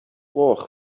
gloch